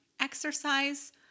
exercise